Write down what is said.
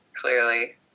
clearly